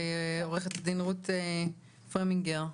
עורכת הדין רות פרמינגר.